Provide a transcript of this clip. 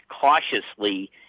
cautiously